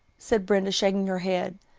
said brenda, shaking her head,